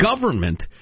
government